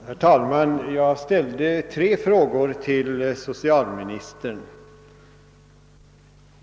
Herr talman! Jag har ställt tre frågor till socialministern.